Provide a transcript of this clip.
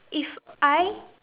if I